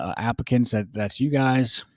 ah applicants, and that's you guys,